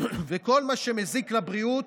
כל מה שמזיק לבריאות,